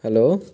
hello